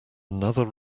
another